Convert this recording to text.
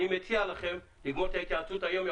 אני מציע לכם לסיים את ההתייעצות היום.